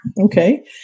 Okay